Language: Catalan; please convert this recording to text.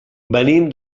venim